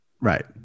Right